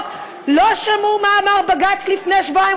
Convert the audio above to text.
לא שמעו מה אמר בג"ץ לפני שבועיים,